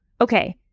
okay